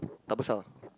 double sound